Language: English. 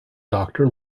doctor